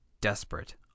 desperate